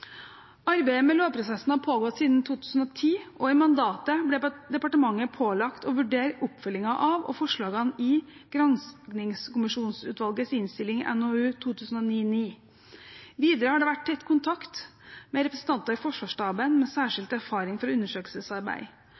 Arbeidet med lovprosessen har pågått siden 2010, og i mandatet ble departementet pålagt å vurdere oppfølgingen av og forslagene i Granskingskommisjonsutvalgets innstilling, NOU 2009:9. Videre har det vært tett kontakt med representanter i Forsvarsstaben med særskilt erfaring fra undersøkelsesarbeid.